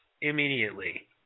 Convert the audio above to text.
immediately